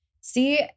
See